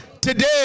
Today